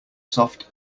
soft